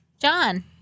John